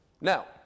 Now